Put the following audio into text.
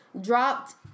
dropped